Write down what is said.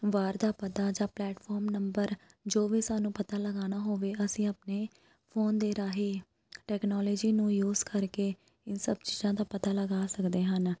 ਬਾਹਰ ਦਾ ਪਤਾ ਜਾਂ ਪਲੈਟਫੋਮ ਨੰਬਰ ਜੋ ਵੀ ਸਾਨੂੰ ਪਤਾ ਲਗਾਉਣਾ ਹੋਵੇ ਅਸੀਂ ਆਪਣੇ ਫ਼ੋਨ ਦੇ ਰਾਹੀਂ ਟੈਕਨੋਲਜੀ ਨੂੰ ਯੂਸ ਕਰਕੇ ਇਨ੍ਹਾਂ ਸਭ ਚੀਜ਼ਾਂ ਦਾ ਪਤਾ ਲਗਾ ਸਕਦੇ ਹਨ